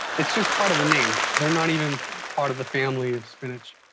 it's just part of the name. they're not even part of the family of spinach.